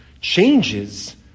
changes